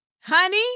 honey